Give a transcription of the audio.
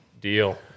Deal